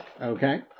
Okay